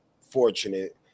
fortunate